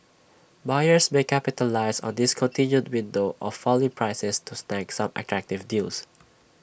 buyers may capitalise on this continued window of falling prices to snag some attractive deals